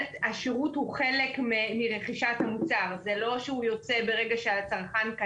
וחלק מהעלויות ירדו גם הן לצרכן.